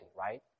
right